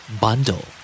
Bundle